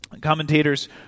Commentators